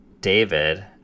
david